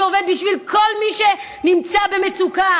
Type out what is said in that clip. שהוא עובד בשביל כל מי שנמצא במצוקה.